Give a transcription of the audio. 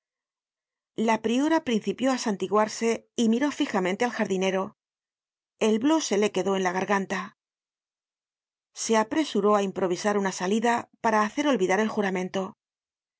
la priora principió á santiguarse y miró fijamente al jardinero el blo se le quedó en la garganta se apresuró á improvisar una salida para hacer olvidar el juramento